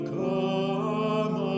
come